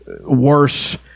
worse